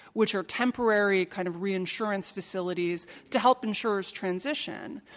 which are temporary kind of reinsurance facilities to help insurers transition,